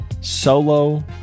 solo